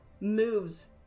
moves